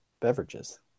beverages